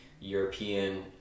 European